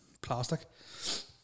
plastic